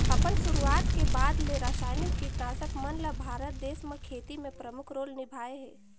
अपन शुरुआत के बाद ले रसायनिक कीटनाशक मन ल भारत देश म खेती में प्रमुख रोल निभाए हे